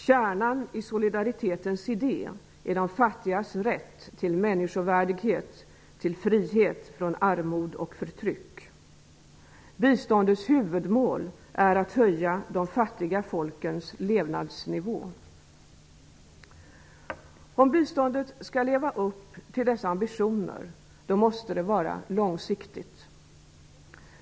Kärnan i solidaritetens idé är de fattigas rätt till människovärdighet, till frihet från armod och förtryck. Biståndets huvudmål är att höja de fattiga folkens levnadsnivå. Om biståndet skall leva upp till dessa ambitioner måste det vara långsiktigt.